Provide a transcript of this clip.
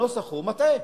הנוסח הוא מטעה,